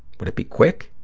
would it be quick?